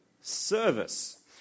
service